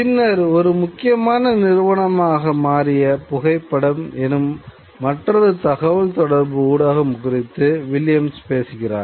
பின்னர் ஒரு முக்கியமான நிறுவனமாக மாறிய 'புகைப்படம்' எனும் மற்றொரு தகவல் தொடர்பு ஊடகம் குறித்து வில்லியம்ஸ் பேசுகிறார்